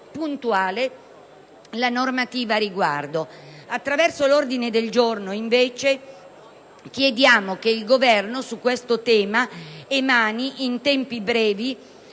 puntuale la normativa al riguardo. Attraverso l'ordine del giorno chiediamo che il Governo su questo tema emani in tempi brevi